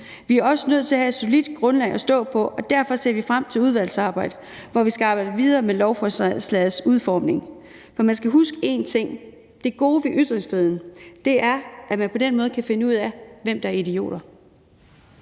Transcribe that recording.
vi er også nødt til at have et solidt grundlag at stå på, og derfor ser vi frem til udvalgsarbejdet, hvor vi skal arbejde videre med lovforslagets udformning. For man skal huske én ting: Det gode ved ytringsfriheden er, at man på den måde kan finde ud af, hvem der er idioter.